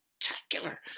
spectacular